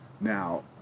Now